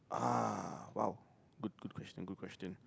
ah !wow! good good question good question